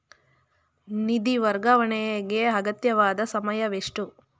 ನಿಧಿ ವರ್ಗಾವಣೆಗೆ ಅಗತ್ಯವಾದ ಸಮಯವೆಷ್ಟು?